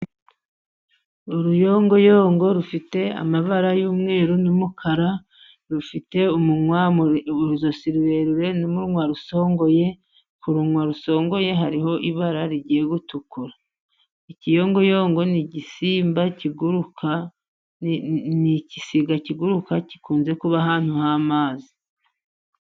Uruyongoyongo rufite amabara y'umweru n'umukara, rufite urizosi rurerure, n'umunwa usongoye kurunwa rusongoye hariho ibara rigiye gutukura. Ikiyungoyongo n'igisimba kiguruka n'igisiga kiguruka gikunze kuba ahantu h'amazi.